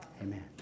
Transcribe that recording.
Amen